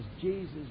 Jesus